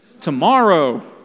Tomorrow